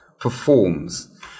performs